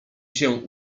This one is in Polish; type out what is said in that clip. się